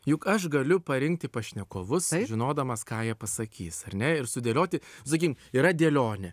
juk aš galiu parinkti pašnekovus žinodamas ką jie pasakys ar ne ir sudėlioti sakykim yra dėlionė